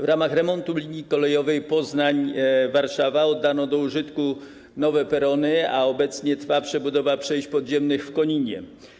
W ramach remontu linii kolejowej Poznań - Warszawa oddano do użytku nowe perony, a obecnie trwa przebudowa przejść podziemnych w Koninie.